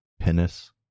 penis